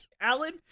alan